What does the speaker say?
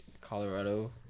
Colorado